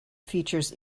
features